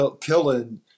killing